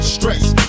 Stress